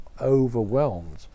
overwhelmed